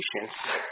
patience